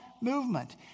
movement